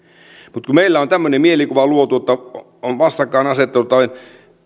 mutta kun meillä on tämmöinen mielikuva luotu että on vastakkainasettelu että